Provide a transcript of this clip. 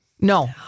No